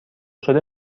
شده